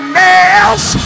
nails